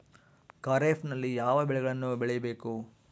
ಖಾರೇಫ್ ನಲ್ಲಿ ಯಾವ ಬೆಳೆಗಳನ್ನು ಬೆಳಿಬೇಕು?